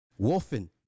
Wolfen